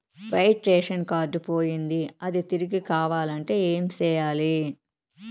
white ration card పోయింది అది తిరిగి కావాలంటే ఏం సేయాలి